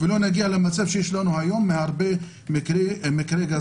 ולא נגיע למצב היום בו יש הרבה מקרי גזענות,